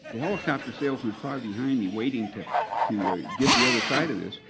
the helicopter salesman is probably behind me waiting to to ah give the other side of this.